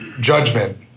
judgment